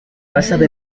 basado